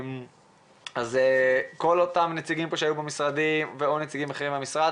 כל אותם נציגים שהיו מהמשרדים ונציגים אחרים מהמשרד,